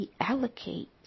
reallocate